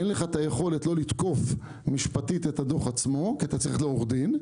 אין לך את היכולת לתקוף משפטית את הדוח עצמו כי אתה צריך עורך דין.